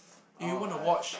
alright